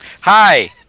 Hi